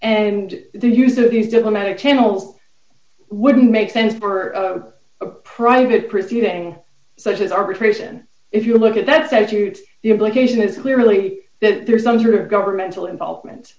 and the use of these diplomatic channel wouldn't make sense for a private proceeding such as arbitration if you look at that that suits the implication is clearly that there's some sort of governmental involvement